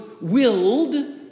willed